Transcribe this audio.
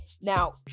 Now